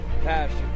Passion